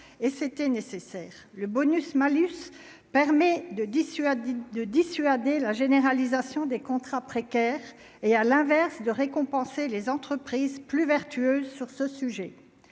et c'était nécessaire le bonus-malus permet de dissuader de dissuader la généralisation des contrats précaires et à l'inverse de récompenser les entreprises plus vertueuse sur ce sujet